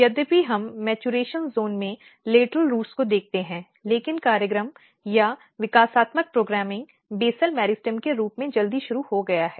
यद्यपि हम परिपक्वता क्षेत्र में लेटरल रूट को देखते हैं लेकिन कार्यक्रम या विकासात्मक प्रोग्रामिंग बेसल मेरिस्टेमbasal meristem के रूप में जल्दी शुरू हो गया है